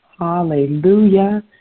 Hallelujah